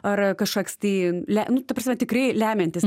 ar kažkoks tai le nu ta prasme tikrai lemiantis